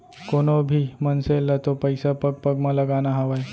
कोनों भी मनसे ल तो पइसा पग पग म लगाना हावय